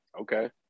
Okay